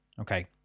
Okay